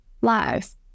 life